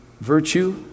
virtue